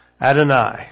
Adonai